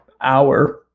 hour